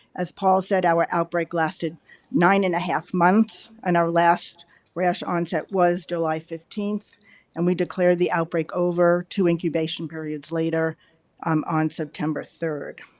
as paul said our outbreak lasted nine and a half months and our last rash onset was july fifteenth and we declared the outbreak over two incubation periods later um on september third.